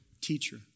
teacher